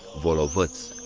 volovat,